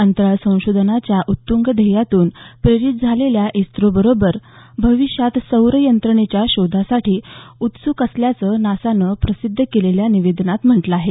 अंतराळ संशोधनाच्या उत्तंग ध्येयातून प्रेरित झालेल्या इस्रोबरोबर भविष्यात सौर यंत्रणेच्या शोधासाठी उत्सुक असल्याचं नासानं प्रसिद्ध केलेल्या निवेदनात म्हटलं आहे